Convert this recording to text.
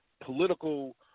Political